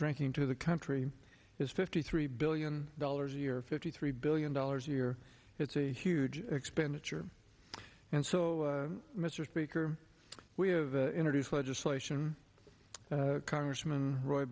drinking to the country is fifty three billion dollars a year fifty three billion dollars a year it's a huge expenditure and so mr speaker we have introduced legislation congressman r